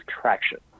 traction